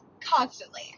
constantly